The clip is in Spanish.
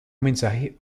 mensaje